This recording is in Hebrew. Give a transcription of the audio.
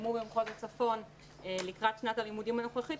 שהתקיימו במחוז הצפון לקראת שנת הלימודים הנוכחית,